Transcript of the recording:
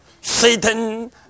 Satan